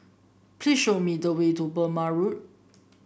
please show me the way to Burmah Road